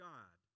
God